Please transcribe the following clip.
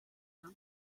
can